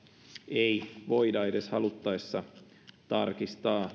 ei voida edes haluttaessa tarkistaa